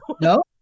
no